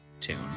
tune